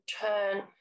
turn